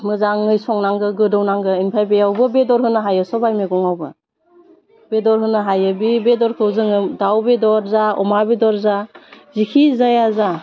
मोजाङै संनांगौ गोदौनांगो ओमफ्राय बेयावबो बेदर होनो हायो सबाइ मैगङावबो बेदर होनो हायो बि बेदरखो जोङो दाउ बेदर जा अमा बेदर जा जिखि जाया जा